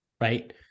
Right